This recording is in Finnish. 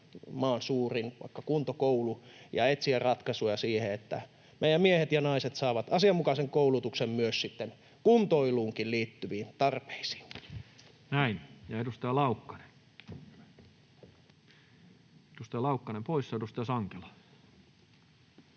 maan suurin kuntokoulu ja etsiä ratkaisuja siihen, että meidän miehet ja naiset saavat asianmukaisen koulutuksen myös kuntoiluunkin liittyviin tarpeisiin. [Speech 196] Speaker: Toinen varapuhemies Juho Eerola